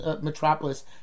metropolis